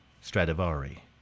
Stradivari